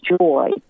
joy